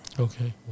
Okay